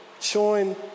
Showing